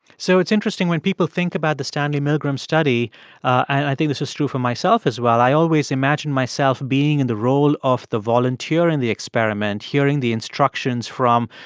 so it's interesting when people think about the stanley milgram study and i think this is true for myself as well i always imagined myself being in the role of the volunteer in the experiment, hearing the instructions from,